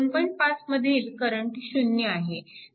5 मधील करंट शून्य आहे